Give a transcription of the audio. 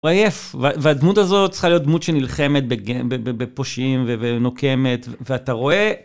הוא עייף, והדמות הזאת צריכה להיות דמות שנלחמת בפושעים ונוקמת, ואתה רואה...